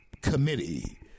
committee